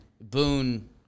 Boone